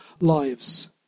lives